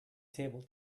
table